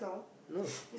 no